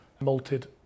malted